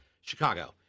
Chicago